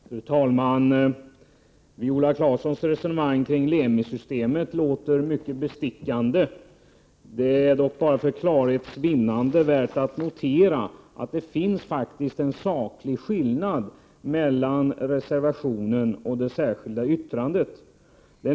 Prot. 1988/89:104 Fru talman! Viola Claessons resonemang kring Lemisystemet låter mycket 26 april 1989 bestickande. Det är dock bara för klarhets vinnande värt att notera att det SE finns en saklig skillnad mellan reservationen och det särskilda yttrandet.